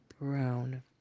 Brown